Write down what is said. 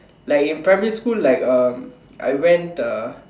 like in primary school like um I went uh